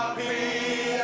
the